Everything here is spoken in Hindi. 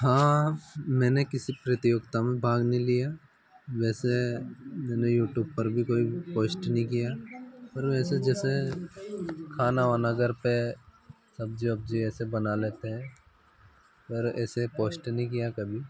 हाँ मैंने किसी प्रतियोगिता में भाग नहीं लिया वैसे मैंने यूटुब पर भी कोई पोश्ट नहीं किया और वैसे जैसे खाना वाना घर पर सब्ज़ी वब्ज़ी ऐसे बना लेते हैं पर ऐसे पोस्ट नहीं किया कभी